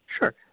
Sure